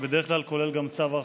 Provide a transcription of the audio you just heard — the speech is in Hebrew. שבדרך כלל כולל גם צו הרחקה.